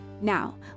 Now